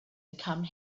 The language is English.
become